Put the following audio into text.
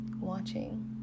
watching